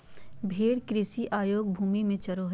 भेड़ कृषि अयोग्य भूमि में चरो हइ